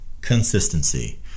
consistency